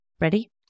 Ready